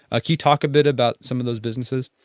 ah can you talk a bit about some of those businesses?